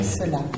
cela